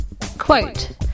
Quote